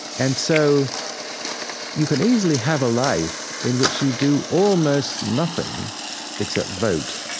and so you can easily have a life in which you do almost nothing except vote